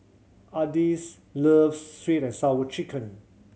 Ardyce loves Sweet And Sour Chicken